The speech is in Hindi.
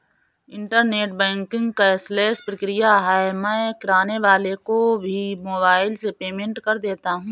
इन्टरनेट बैंकिंग कैशलेस प्रक्रिया है मैं किराने वाले को भी मोबाइल से पेमेंट कर देता हूँ